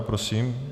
Prosím.